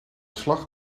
slag